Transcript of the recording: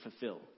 fulfill